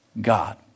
God